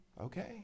Okay